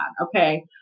okay